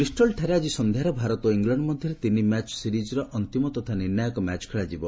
cricket ବିଷ୍ଟଲଠାରେ ଆଜି ସନ୍ଧ୍ୟାରେ ଭାରତ ଓ ଇଲଣ୍ଡ ମଧ୍ୟରେ ତିନି ମ୍ୟାଚ ସିରିଜରେ ଅନ୍ତିମ ତଥା ନିର୍ଣ୍ଣାୟକ ମ୍ୟାଚ ଖେଳାଯିବ